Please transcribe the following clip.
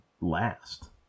last